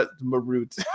Marut